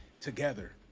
together